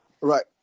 Right